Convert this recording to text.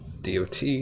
DOT